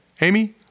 Amy